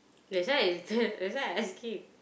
that's why that's why I asking